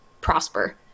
prosper